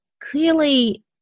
clearly